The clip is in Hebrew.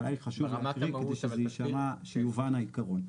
אבל אהיה לי חשוב להקריא כדי שזה יישמע ושזה יובן העיקרון.